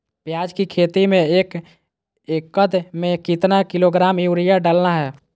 प्याज की खेती में एक एकद में कितना किलोग्राम यूरिया डालना है?